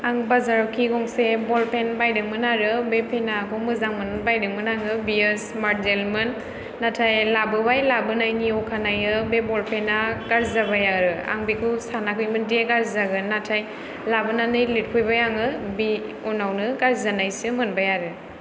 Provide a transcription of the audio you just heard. आं बाजाराव गंसे बल पेन बायदोंमोन आरो बे पेनाखौ मोजां मोन्ना बायदोंमोन आरो बियो स्मार्ट जेल मोन नाथाय लाबोबाय लाबोनायनि अखानायै बे बल पेना गाज्रि जाबाय आरो आं बेखौ सानाखैमोन दि गाजि जागोन नाथाय लिरफैबाय आङो बे उनावनो गाज्रि जानायसो मोनबाय आरो